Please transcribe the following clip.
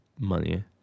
money